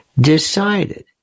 decided